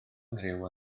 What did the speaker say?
nghriw